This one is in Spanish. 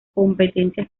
competencia